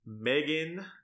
Megan